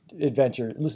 adventure